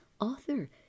author